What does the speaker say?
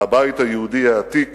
והבית היהודי העתיק